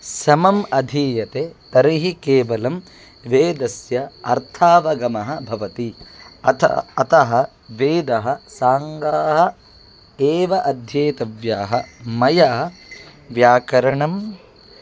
समम् अधीयते तर्हि केवलं वेदस्य अर्थावगमः भवति अथ अतः वेदाः साङ्गाः एव अध्येतव्याः मया व्याकरणं